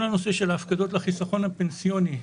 כל הנושא של ההפקדות לחיסכון הפנסיוני,